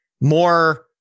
more